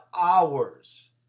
hours